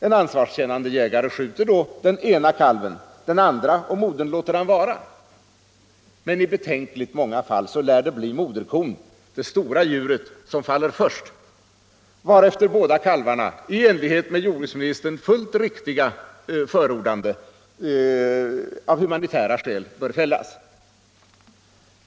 En ansvarskännande jägare skjuter då den ena kalven; den andra och modern låter han vara. Men i betänkligt många fall lär det bli moderkon, det stora djuret som faller först, varefter båda kalvarna —- i enlighet med jordbruksministerns fullt riktiga förordande —- av humanitära skäl bör fällas.